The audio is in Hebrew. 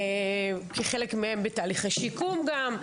כי חלק מהם בתהליכי שיקום גם,